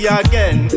again